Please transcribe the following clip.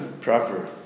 proper